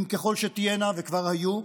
ככל שתהיינה, וכבר היו,